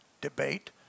debate